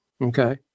Okay